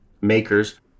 makers